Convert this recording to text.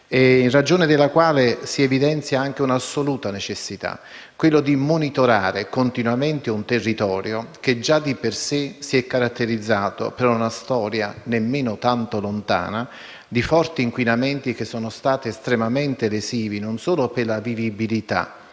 rispetto alla quale si evidenzia anche un'assoluta necessità, quella di monitorare continuamente un territorio che già di per sé si è caratterizzato per una storia, nemmeno tanto lontana, di forti inquinamenti estremamente lesivi non solo per la vivibilità,